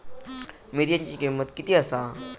मिरच्यांची किंमत किती आसा?